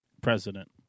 president